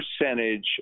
percentage